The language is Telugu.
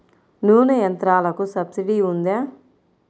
నూనె యంత్రాలకు సబ్సిడీ ఉందా?